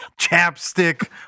chapstick